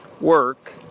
work